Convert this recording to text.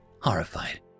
horrified